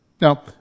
Now